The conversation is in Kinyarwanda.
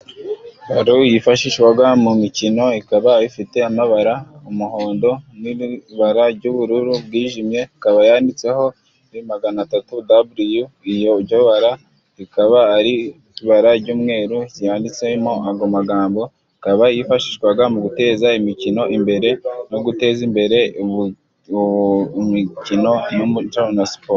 Baro yifashishwaga mu mikino ikaba ifite amabara:umuhondo n'irindi bara ry'ubururu bwijimye, ikaba yanditseho ve magana atatu daburiyu, muri iryo bara rikaba ari ibara ry'umweru ryanditsemo ago magambo, akaba yifashishwaga mu guteza imikino imbere, no guteza imbere imikino n'umuco na siporo.